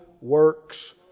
works